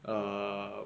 uh